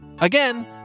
Again